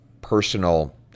personal